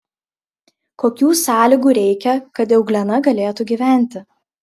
kokių sąlygų reikia kad euglena galėtų gyventi